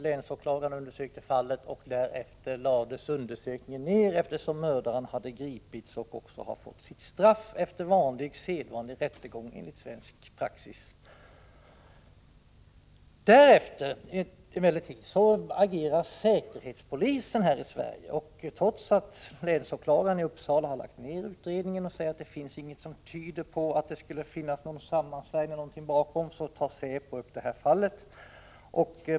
Länsåklagaren granskade fallet, men utredningen lades ner eftersom mördaren hade gripits och numera också har fått sitt straff efter sedvanlig rättegång enligt svensk rättspraxis. Därefter agerade emellertid säkerhetspolisen i Sverige. Trots att länsåkla 1 garen i Uppsala hade lagt ner utredningen och sagt att det inte fanns någonting som tydde på en sammansvärjning bakom mordet, tog säpo upp fallet.